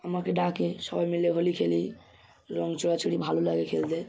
আমাকে ডাকে সবাই মিলে হোলি খেলি রং ছোড়াছুড়ি ভালো লাগে খেলতে